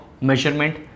measurement